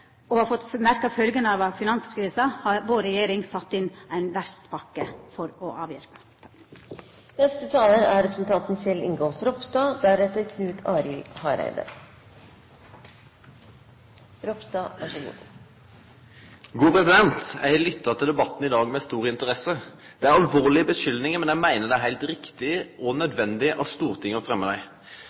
og har fått merka følgjene av finanskrisa, sett inn ei verftspakke for å avhjelpa. Eg har lytta til debatten i dag med stor interesse. Det er alvorlege skuldingar, men eg meiner det er heilt riktig og nødvendig av Stortinget å fremme dei.